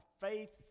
faith